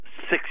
six